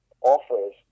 offers